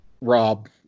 Rob